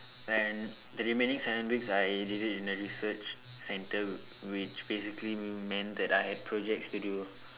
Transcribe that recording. and the remaining seven weeks I did it in a research center which physically meant that I had projects to do